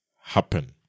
happen